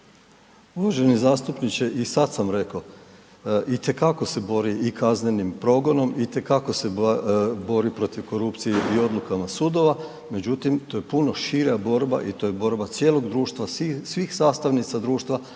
Uvaženi zastupniče, i sad sam rekao. Itekako se bori i kaznenim progonom, itekako se bori protiv korupcije i odlukama sudova, međutim, to je puno šira borba i to je borba cijelog društva, svih sastavnica društva,